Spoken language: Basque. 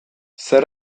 zer